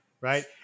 right